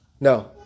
No